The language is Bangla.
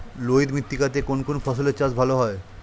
লোহিত মৃত্তিকা তে কোন কোন ফসলের চাষ ভালো হয়?